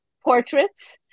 portraits